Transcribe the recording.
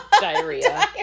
diarrhea